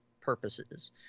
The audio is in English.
purposes